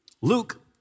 Luke